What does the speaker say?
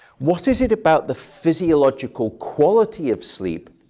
what is it about the physiological quality of sleep,